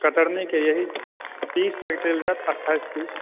कतरनी के यही तीस तक चलि जायत अठाइस तीस